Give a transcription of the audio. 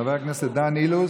חבר הכנסת דן אילוז,